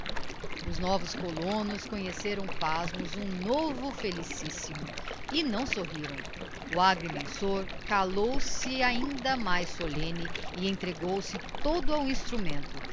os novos colonos conheceram pasmos um novo felicíssimo e não sorriram o agrimensor calouse ainda mais solemne e entregou-se todo ao instrumento